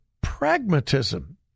pragmatism